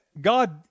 God